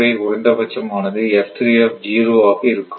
உடைய குறைந்தபட்சம் ஆனது ஆக இருக்கும்